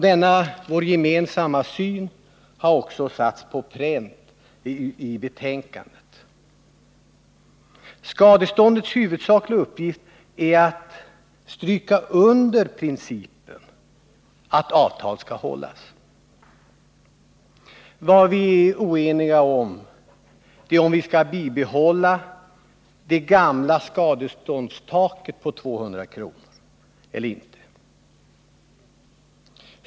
Denna vår gemensamma syn har också satts på pränt i betänkandet. Skadeståndets huvudsakliga uppgift är att stryka under principen att avtal skall hållas. Vad vi är oeniga om är om vi skall bibehålla det gamla skadeståndstaket vid 200 kr. eller inte.